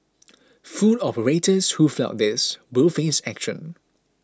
food operators who flout this will face action